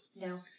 No